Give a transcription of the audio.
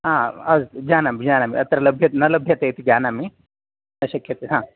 ह अस् जानामि जानामि अत्र लभ्यते न लभ्यते इति जानामि न शक्यते आ